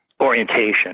orientation